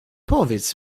powiedz